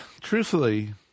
truthfully